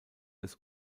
des